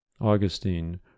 Augustine